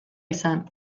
izan